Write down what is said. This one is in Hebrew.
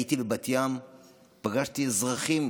הייתי בבת ים ופגשתי אזרחים